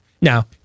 now